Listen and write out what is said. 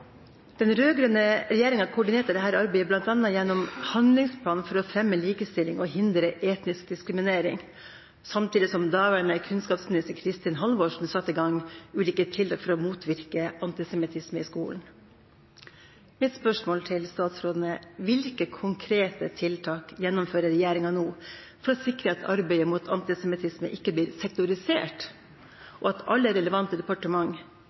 Den rød-grønne regjeringa koordinerte dette arbeidet bl.a. gjennom handlingsplanen for å fremme likestilling og hindre etnisk diskriminering, samtidig som den daværende kunnskapsminister, Kristin Halvorsen, satte i gang ulike tiltak for å motvirke antisemittisme i skolen. Mitt spørsmål til statsråden er: Hvilke konkrete tiltak gjennomfører regjeringa nå for å sikre at arbeidet mot antisemittisme ikke blir sektorisert, og at alle relevante